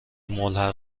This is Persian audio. ملحق